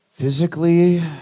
physically